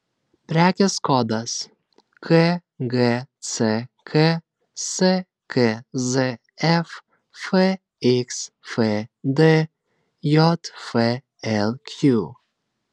prekės kodas kgck skzf fxfd jflq